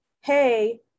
hey